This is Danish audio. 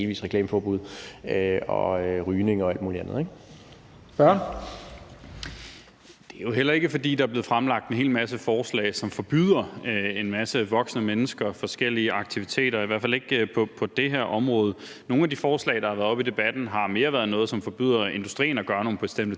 Det er jo heller ikke, fordi der er blevet fremlagt en hel masse forslag, som forbyder en masse voksne mennesker forskellige aktiviteter, i hvert fald ikke på det her område. Nogle af de forslag, der har været oppe i debatten, har mere været nogle, som forbyder industrien at gøre nogle forskellige